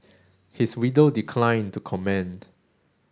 his widow declined to comment